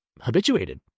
habituated